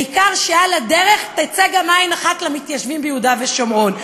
העיקר שעל הדרך תצא גם עין אחת למתיישבים ביהודה ושומרון.